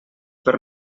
per